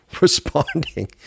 responding